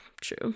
true